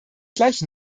gleich